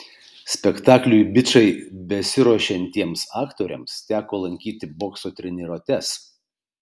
spektakliui bičai besiruošiantiems aktoriams teko lankyti bokso treniruotes